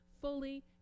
fully